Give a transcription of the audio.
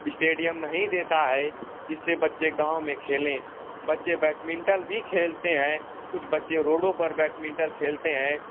stadium नहीं देता है जिससे बच्चे गाँव में खेलें बच्चे बैटमिन्टल भी खेलते हैं कुछ बच्चे रोडों पर बैटमिन्टल खेलते हैं